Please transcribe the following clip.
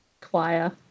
choir